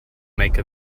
make